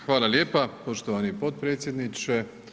Hvala lijepa poštovani potpredsjedniče.